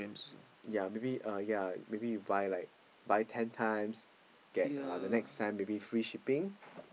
ya maybe uh ya maybe you buy like buy ten times get uh the next time maybe free shipping